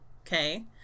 okay